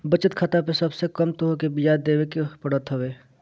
बचत खाता पअ सबसे कम तोहके बियाज देवे के पड़त हवे